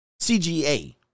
CGA